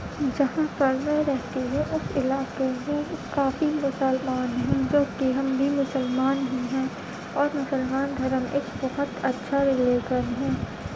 جہاں پر میں رہتی ہے اس علاقے میں کافی مسلمان ہیں جو کہ ہم بھی مسلمان ہی ہیں اور مسلمان دھرم ایک بہت اچھا رلیزن ہے